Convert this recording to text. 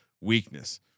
weakness